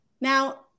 Now